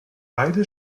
beide